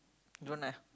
you want I